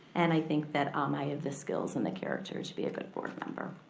and i think that um i have the skills and the character to be a good board member.